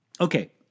Okay